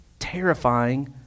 terrifying